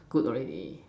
good already